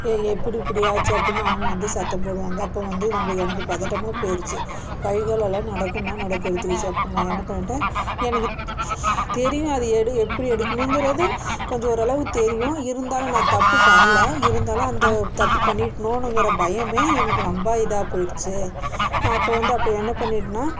ஏ எப்படி இப்படியாச்சு அப்பிடின்னு அவங்க வந்து சத்தம் போடுவாங்க அப்போது வந்து நம்ப எனக்கு பதட்டமாக போயிடுச்சு கை கால் எல்லாம் நடுக்கம்னா நடுக்கம் எடுத்துக்குச்சு அப்போ நான் என்ன பண்ணிட்டேன் எனக்கு தெரியும் அது எடு எப்படி எடுக்கணும்கிறது கொஞ்சம் ஓரளவு தெரியும் இருந்தாலும் நான் தப்பு பண்ணலை இருந்தாலும் அந்த தப்பு பண்ணிட்டேனோணுங்குற பயமே எனக்கு ரொம்ப இதாக போயிடுச்சு நான் அப்போ வந்து அப்போ என்ன பண்ணிட்டேனா